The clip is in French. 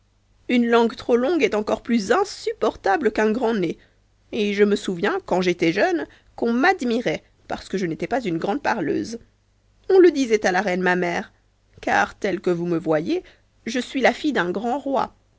une langue trop longue est encore plus insupportable qu'un grand nez et je me souviens quand j'étais jeune qu'on m'admirait parce que je n'étais pas une grande parleuse on le disait à la reine ma mère car telle que vous me voyez je suis la fille d'un grand roi